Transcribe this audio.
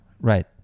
right